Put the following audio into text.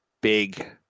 big